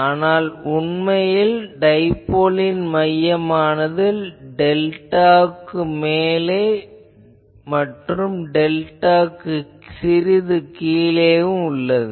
ஆனால் உண்மையில் டைபோலின் மையமானது டெல்டா மேலே மற்றும் டெல்டா கீழே உள்ளது